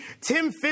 Tim